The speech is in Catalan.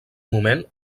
moment